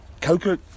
Coca